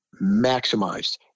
Maximized